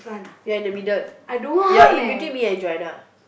you are in the middle you are in between me and Joanna